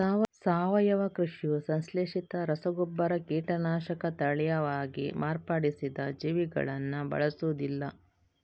ಸಾವಯವ ಕೃಷಿಯು ಸಂಶ್ಲೇಷಿತ ರಸಗೊಬ್ಬರ, ಕೀಟನಾಶಕ, ತಳೀಯವಾಗಿ ಮಾರ್ಪಡಿಸಿದ ಜೀವಿಗಳನ್ನ ಬಳಸುದಿಲ್ಲ